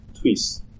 twist